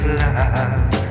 love